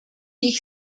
ich